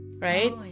right